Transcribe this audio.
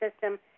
system